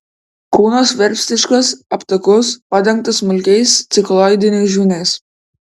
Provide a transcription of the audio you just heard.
kūnas verpstiškas aptakus padengtas smulkiais cikloidiniais žvynais